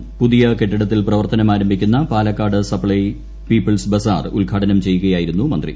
പ്പുതിയുകെട്ടിടത്തിൽ പ്രവർത്തനം ആരംഭിക്കുന്ന Palakkad Supplyco people's bazaar ഉദ്ഘാടനം ചെയ്യുകയായിരുന്നു മന്ത്രി